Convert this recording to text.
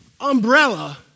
umbrella